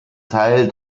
teil